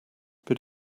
but